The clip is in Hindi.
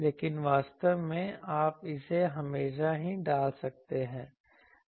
लेकिन वास्तव में आप इसे हमेशा भी डाल सकते हैं